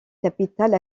capitale